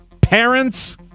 parents